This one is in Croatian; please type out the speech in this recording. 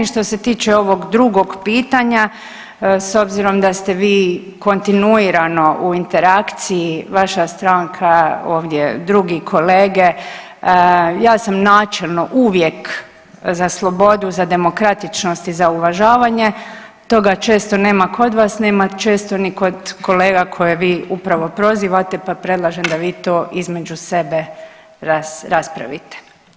Što se tiče ovog drugog pitanja, s obzirom da ste vi kontinuirano u interakciji, vaša stranka, ovdje drugi kolege, ja sam načelno uvijek za slobodu, za demokratičnost i za uvažavanje, toga često nema kod vas, nema često ni kod kolega koje vi upravo prozivate, pa predlažem da vi to između sebe raspravite.